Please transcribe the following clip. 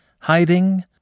hiding